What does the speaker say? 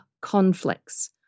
conflicts